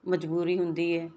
ਮਜਬੂਰੀ ਹੁੰਦੀ ਹੈ